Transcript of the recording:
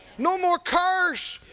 no more curse.